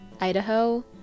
Idaho